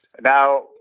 now